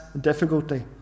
difficulty